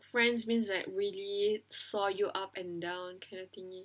friends means that really saw you up and down kind of thing